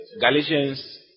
Galatians